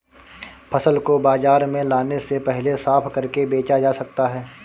फसल को बाजार में लाने से पहले साफ करके बेचा जा सकता है?